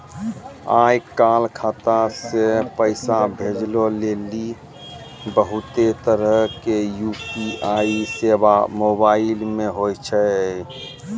आय काल खाता से पैसा भेजै लेली बहुते तरहो के यू.पी.आई सेबा मोबाइल मे होय छै